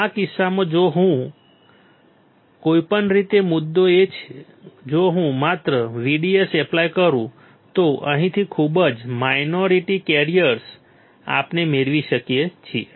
આ કિસ્સામાં જો હું માત્ર VDS એપ્લાય કરું તો અહીંથી ખૂબ જ માઇનોરિટી કેરિયર્સ આપણે મેળવી શકીએ છીએ